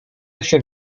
się